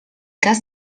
cas